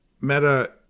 Meta